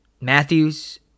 Matthews